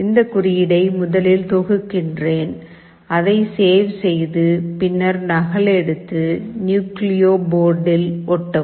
இந்த குறியீடை முதலில் தொகுக்கிறேன் அதை சேவ் செய்து பின்னர் நகலெடுத்து நியூக்ளியோ போர்டில் ஒட்டவும்